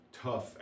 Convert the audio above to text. tough